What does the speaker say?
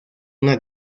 una